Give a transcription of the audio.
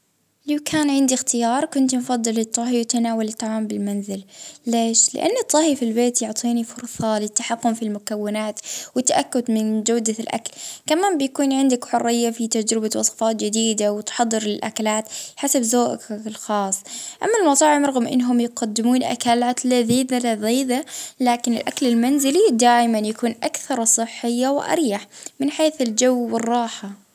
أكيد نختار طاهي شخصي حتى نضمن أكل صحي ولذيذ ديما.